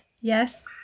Yes